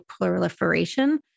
proliferation